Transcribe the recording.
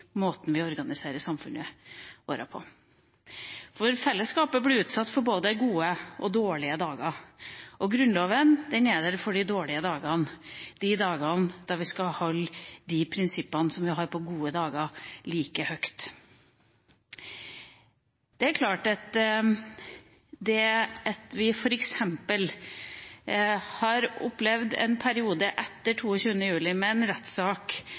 måten vi organiserer samfunnet vårt på. Fellesskapet blir utsatt for både gode og dårlige dager, og Grunnloven er der for de dårlige dagene – de dagene vi skal holde de prinsippene vi har på gode dager, like høyt. Etter 22. juli har vi opplevd en periode med en rettssak